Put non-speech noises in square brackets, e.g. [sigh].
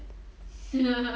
[laughs]